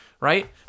right